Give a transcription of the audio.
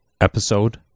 episode